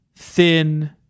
Thin